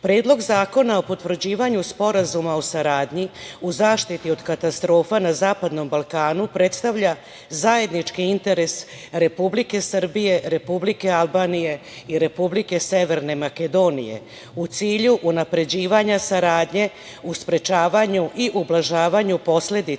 zakona. Predlog zakona o potvrđivanju Sporazuma o saradnji u zaštiti od katastrofa na Zapadnom Balkanu predstavlja zajednički interes Republike Srbije, Republike Albanije i Republike Severne Makedonije, u cilju unapređivanja saradnje u sprečavanju i ublažavanju posledica